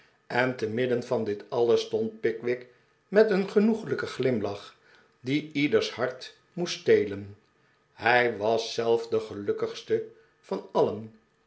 en te midden van dit alles stond pickwick met een genoeglijken glimlach die ieders hart moest stelen hij was zelf de gelukkigste van alien